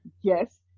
Yes